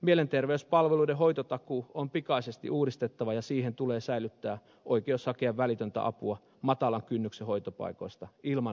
mielenterveyspalveluiden hoitotakuu on pikaisesti uudistettava ja siihen tulee säilyttää oikeus hakea välitöntä apua matalan kynnyksen hoitopaikoista ilman byrokratiaa